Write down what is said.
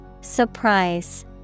Surprise